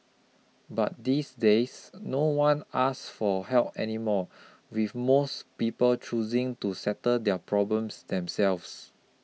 but these days no one asks for help anymore with most people choosing to settle their problems themselves